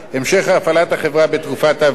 המשך הפעלת החברה בתקופת ההבראה,